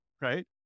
right